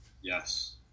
yes